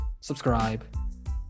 Subscribe